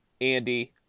Andy